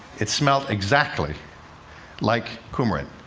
it smelled exactly like coumarin.